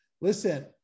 listen